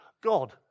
God